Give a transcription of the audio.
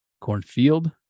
Cornfield